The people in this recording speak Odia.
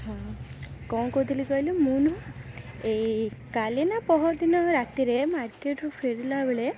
ହଁ କ'ଣ କହୁଥିଲି କହିଲୁ ମୁଁ ନୁହଁ ଏଇ କାଲିନା ପହରଦିନ ରାତିରେ ମାର୍କେଟ୍ରୁ ଫେରିଲାବେଳେ